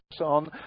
on